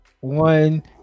One